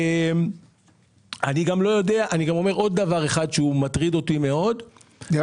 עוד דבר אחד שמטריד אותי מאוד --- נראה